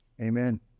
Amen